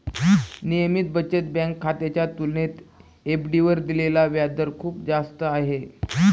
नियमित बचत बँक खात्याच्या तुलनेत एफ.डी वर दिलेला व्याजदर खूप जास्त आहे